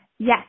Yes